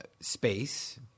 Space